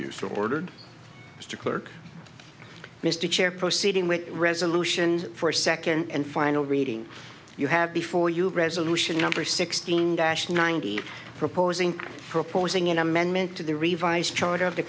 so ordered mr clerk mr chair proceeding with resolution for a second and final reading you have before you resolution number sixteen dash ninety proposing proposing an amendment to the revised charter of the